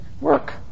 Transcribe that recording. Work